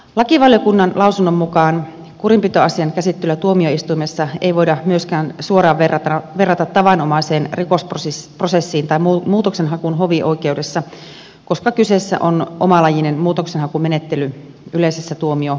lakivaliokunnan lausunnon mukaan kurinpitoasian käsittelyä tuomioistuimessa ei voida myöskään suoraan verrata tavanomaiseen rikosprosessiin tai muutoksenhakuun hovioikeudessa koska kyseessä on omalajinen muutoksenhakumenettely yleisessä tuomioistuimessa